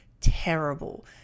terrible